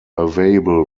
available